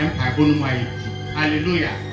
Hallelujah